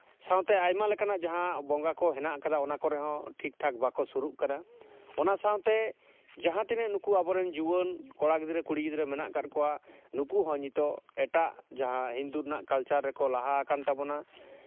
ᱥᱟᱶᱛᱮ ᱟᱭᱢᱟ ᱞᱮᱠᱟᱱᱟᱜ ᱡᱟᱦᱟᱸ ᱵᱚᱸᱜᱟ ᱠᱚ ᱦᱮᱱᱟᱜ ᱠᱟᱫᱟ ᱚᱱᱟ ᱠᱚᱨᱮᱦᱚᱸ ᱴᱷᱤᱠ ᱴᱷᱟᱠ ᱵᱟᱠᱚ ᱥᱩᱨᱩᱜ ᱠᱟᱱᱟ ᱚᱱᱟ ᱥᱟᱶᱛᱮ ᱡᱟᱦᱟᱸ ᱛᱤᱱᱟᱹᱜ ᱱᱩᱠᱩ ᱟᱵᱚᱨᱮᱱ ᱡᱩᱣᱟᱹᱱ ᱠᱚᱲᱟ ᱜᱤᱫᱽᱨᱟᱹ ᱠᱩᱲᱤ ᱜᱤᱫᱽᱨᱟᱹ ᱢᱮᱱᱟᱜ ᱠᱟᱫ ᱠᱚᱣᱟ ᱱᱩᱠᱩ ᱦᱚᱸ ᱱᱤᱛᱚᱜ ᱮᱴᱟᱜ ᱡᱟᱦᱟᱸ ᱦᱤᱱᱫᱩ ᱨᱮᱱᱟᱜ ᱠᱟᱞᱪᱟᱨ ᱨᱮᱠᱚ ᱞᱟᱦᱟ ᱟᱠᱟᱱ ᱛᱟᱵᱚᱱᱟ